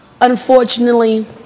unfortunately